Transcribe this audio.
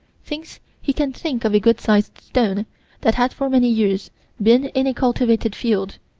thinks he can think of a good-sized stone that had for many years been in a cultivated field,